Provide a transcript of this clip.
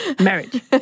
marriage